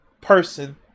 person